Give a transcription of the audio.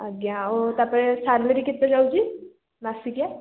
ଆଜ୍ଞା ଆଉ ତା'ପରେ ସାଲେରି କେତେ ଯାଉଛି ମାସିକିଆ